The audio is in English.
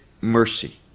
mercy